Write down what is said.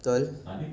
betul